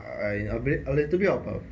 I I'm a little bit of a